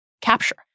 capture